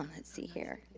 um let's see here.